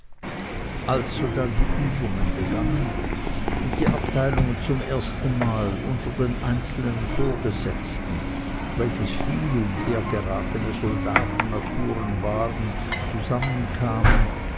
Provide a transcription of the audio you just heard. als sodann die übungen begannen und die abteilungen zum ersten mal unter den einzelnen vorgesetzten welches vielumhergeratene soldatennaturen waren zusammenkamen